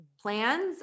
plans